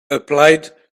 applied